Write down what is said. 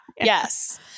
Yes